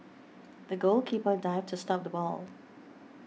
the goalkeeper dived to stop the ball